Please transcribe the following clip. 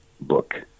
book